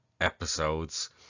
episodes